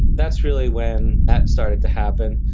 that's really when that started to happen.